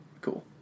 cool